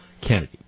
Kennedy